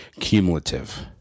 cumulative